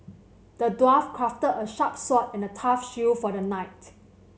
the dwarf crafted a sharp sword and a tough shield for the knight